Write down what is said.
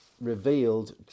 revealed